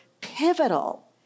pivotal